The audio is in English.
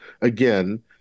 again